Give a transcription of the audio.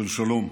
של שלום,